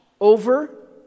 over